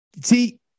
See